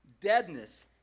deadness